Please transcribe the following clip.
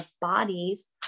bodies